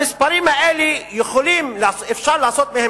המספרים האלה, אפשר לעשות להם